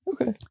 Okay